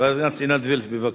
חברת הכנסת עינת וילף, בבקשה.